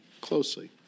closely